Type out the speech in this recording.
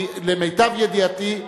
למיטב ידיעתי,